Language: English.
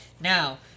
Now